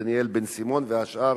דניאל בן-סימון והשאר,